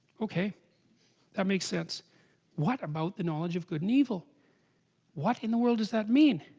okay that makes sense what about the knowledge of good and evil what in the world does that mean?